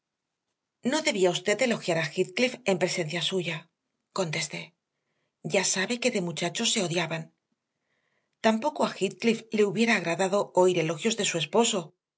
no debía usted elogiar a heathcliff en presencia suya contesté ya sabe que de muchachos se odiaban tampoco a heathcliff le hubiera agradado oír elogios de su esposo